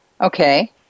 Okay